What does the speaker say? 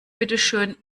bitteschön